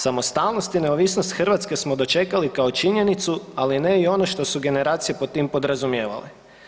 Samostalnost i neovisnost Hrvatske smo dočekali kao činjenicu, ali ne i ono što su generacije pod tim podrazumijevale.